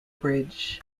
bridge